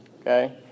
Okay